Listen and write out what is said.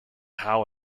how